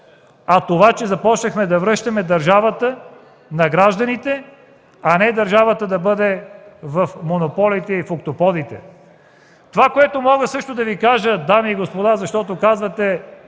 а това, че започнахме да връщаме държавата на гражданите, а не държавата да бъде в монополите и в октоподите. (Шум и реплики.) Мога също да Ви кажа, дами и господа, защото за